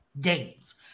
games